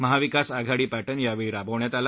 महाविकास Aghadi pattern यावेळी राबवण्यात आला